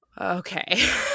Okay